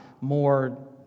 more